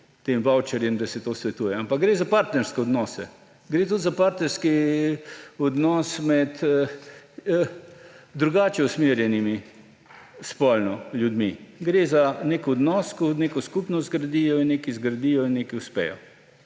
tem vavčerjem, da se to svetuje, ampak gre za partnerske odnose. Gre tudi za partnerski odnos med drugače spolno usmerjenimi ljudmi. Gre za nek odnos, ko neko skupnost gradijo in nekaj zgradijo in nekaj uspejo,